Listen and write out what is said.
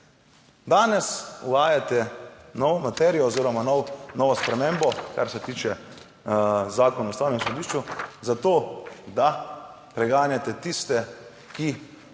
Danes uvajate novo materijo oziroma nov, novo spremembo kar se tiče Zakona o Ustavnem sodišču, za to, da preganjate tiste, ki